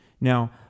Now